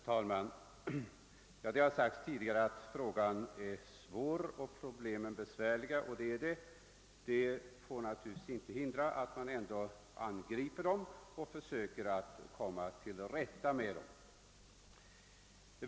Herr talman! Det har sagts tidigare att dessa problem är besvärliga. Det är riktigt, men det får naturligtvis inte hindra att man ändå angriper dem och försöker att lösa dem på bästa sätt.